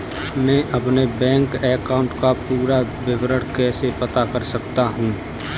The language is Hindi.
मैं अपने बैंक अकाउंट का पूरा विवरण कैसे पता कर सकता हूँ?